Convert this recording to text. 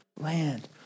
land